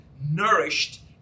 nourished